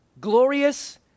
glorious